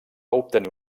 obtenir